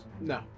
No